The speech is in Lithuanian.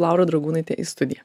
laura dragūnaitė į studiją